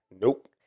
Nope